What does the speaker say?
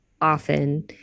often